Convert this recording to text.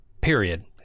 Period